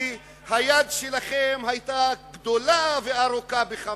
כי היד שלכם היתה גדולה וארוכה ב"חמאס",